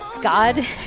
God